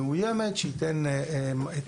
אבטחתי אזרחי מדלג לכיוון המאוימת שייתן את